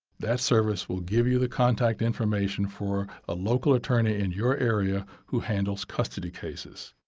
that service will give you the contact information for a local attorney in your area who handles custody cases.